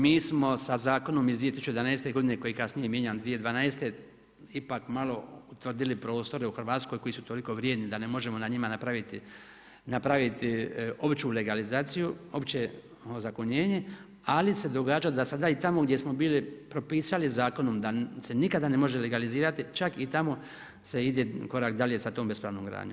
Mi smo sa zakonom iz 2011. godine koji je kasnije mijenjan 2012. ipak malo utvrdili prostore u Hrvatskoj koji su toliko vrijedni da ne možemo na njima napraviti opću legalizaciju, opće ozakonjenje ali se događa da sada i tamo gdje smo bili propisali zakonom da se nikada ne može legalizirati čak i tamo se ide korak dalje sa tom bespravnom gradnjom.